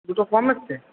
দুটো কম এসছে